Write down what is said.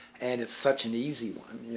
and it's such an easy one, you